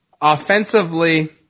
offensively